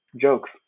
jokes